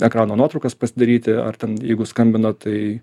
ekrano nuotraukas pasidaryti ar ten jeigu skambino tai